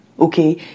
Okay